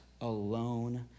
alone